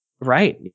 Right